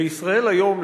בישראל היום,